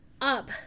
up